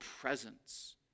presence